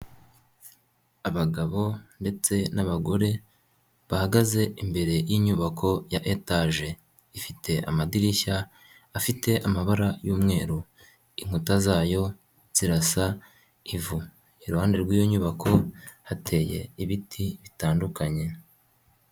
Abagabo ndetse n'abagore, bahagaze imbere y'inyubako ya etaje. Ifite amadirishya afite amabara y'umweru. Inkuta zayo zirasa ivu. Iruhande rw'iyo nyubako hateye ibiti bitandukanye.